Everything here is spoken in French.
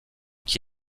qui